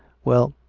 well,